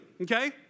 okay